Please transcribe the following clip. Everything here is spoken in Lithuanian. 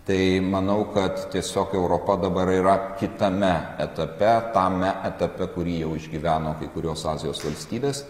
tai manau kad tiesiog europa dabar yra kitame etape tame etape kurį jau išgyveno kai kurios azijos valstybės